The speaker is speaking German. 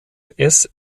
spielt